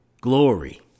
glory